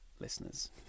listeners